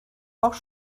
auch